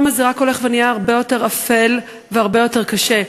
הזה רק הולך ונהיה הרבה יותר אפל והרבה יותר קשה.